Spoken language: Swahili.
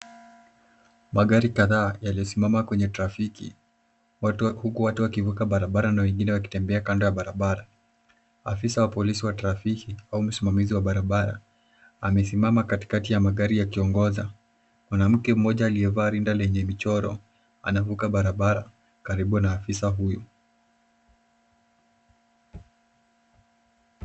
Magari kadhaa yalisomimama kwenye trafiki huku watu wakivuka barabara na wengine wakitembea kando ya barabara. Afisa wa polisi wa trafiki au msimamizi wa barabara amesimama katikati ya magari akiongoza. Kuna mwanamke mmoja aliyevaa rinda lenye michoro anavuka barabara karibu na afisa huyu.